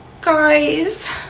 guys